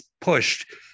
pushed